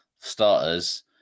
Starters